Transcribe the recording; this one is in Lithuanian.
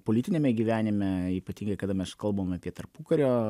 politiniame gyvenime ypatingai kada mes kalbam apie tarpukario